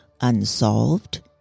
unsolved